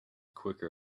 quicker